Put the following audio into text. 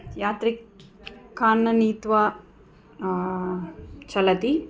यात्रिकान् नीत्वा चलति